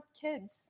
kids